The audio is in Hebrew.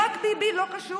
רק ביבי לא קשור,